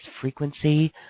frequency